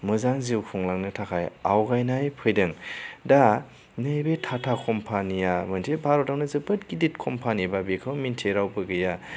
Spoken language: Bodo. मोजां जिउ खुंलांनो थाखाय आवगायनाय फैदों दा नैबे टाटा कम्पानीया मोनसे भारतआवनो जोबोद गिदिर कम्पानी बा बिखौ मिथियै रावबो गैया